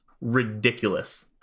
ridiculous